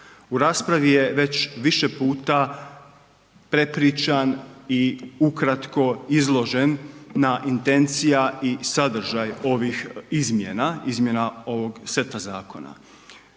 U raspravi je već više puta prepričan i ukratko izložen na intencija i sadržaj ovih izmjena, izmjena ovog seta zakona.